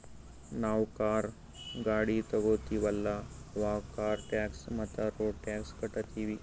ನಾವ್ ಕಾರ್, ಗಾಡಿ ತೊಗೋತೀವಲ್ಲ, ಅವಾಗ್ ಕಾರ್ ಟ್ಯಾಕ್ಸ್ ಮತ್ತ ರೋಡ್ ಟ್ಯಾಕ್ಸ್ ಕಟ್ಟತೀವಿ